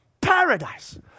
Paradise